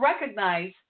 recognize